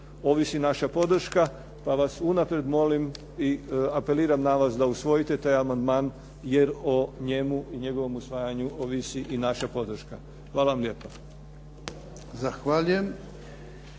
ovisi naša podrška pa vas unaprijed molim i apeliram na vas da usvojite taj amandman jer o njemu i njegovom usvajanju ovisi i naša podrška. Hvala vam lijepa.